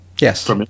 yes